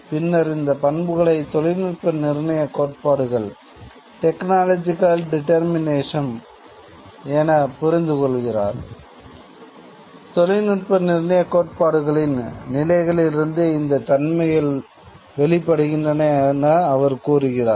அவர் இந்த பண்புகளை தொழில்நுட்ப நிர்ணயக் கோட்பாடுகள் நிலைகளிலிருந்து இந்த தன்மைகள் வெளிப்படுகின்றன என அவர் கூறுகிறார்